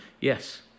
Yes